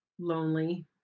lonely